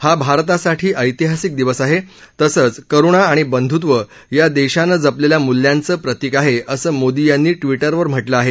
हा भारतासाठी ऐतिहासिक दिवस आहे तसंच करुणा आणि बंधुत्व या देशानं जपलेल्या मूल्यांचं प्रतिक आहे असं मोदी यांनी ट्विटरवर म्हटलं आहे